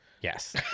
yes